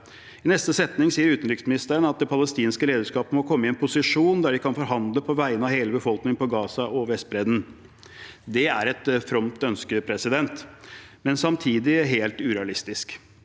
I neste setning sier utenriksministeren at det palestinske lederskapet må komme i en posisjon der de kan forhandle på vegne av hele befolkningen i Gaza og på Vestbredden. Det er et fromt ønske, men samtidig helt urealistisk.